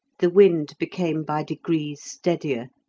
the wind became by degrees steadier,